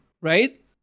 right